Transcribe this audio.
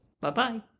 Bye-bye